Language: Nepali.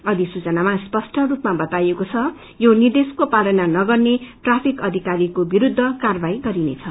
अविसूचनामा स्पष्ट रूपमा बताइएको छ यो निर्देशक्को पालना नगर्ने ट्राफिक अविरीको विसूद्ध कार्यावाही गरिनेछ